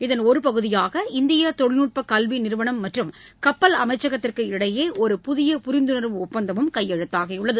இதன் ஒருபகுதியாக இந்திய தொழில்நுட்ப கல்வி நிறுவனம் மற்றும் கப்பல் அமைச்சகத்திற்கு இடையே ஒரு புதிய புரிந்துணர்வு ஒப்பந்தமும் கையெழுத்தாகியுள்ளது